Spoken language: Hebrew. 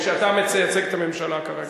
ואתה מייצג את הממשלה כרגע.